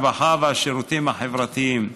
הרווחה והשירותים החברתיים.